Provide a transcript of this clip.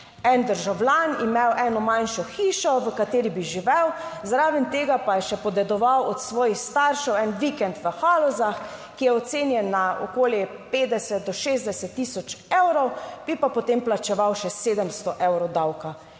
en državljan imel eno manjšo hišo, v kateri bi živel, zraven tega pa je še podedoval od svojih staršev en vikend v Halozah, ki je ocenjen na okoli 50 do 60000 evrov, bi pa potem plačeval še 700 evrov davka.